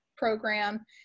program